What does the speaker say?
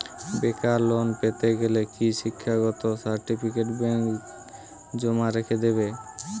বেকার লোন পেতে গেলে কি শিক্ষাগত সার্টিফিকেট ব্যাঙ্ক জমা রেখে দেবে?